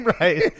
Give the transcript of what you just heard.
right